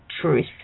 truth